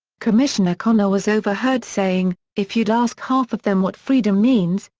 commissioner connor was overheard saying, if you'd ask half of them what freedom means,